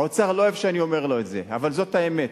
האוצר לא אוהב שאני אומר לו את זה, אבל זאת האמת.